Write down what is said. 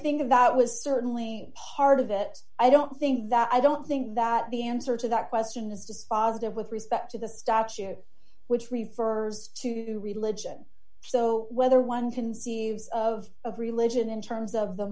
think that was certainly part of it i don't think that i don't think that the answer to that question is dispositive with respect to the statute which refers to religion so whether one conceives of of religion in terms of the